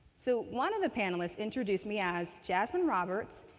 so one of the panelists introduced me as jasmine roberts,